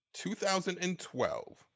2012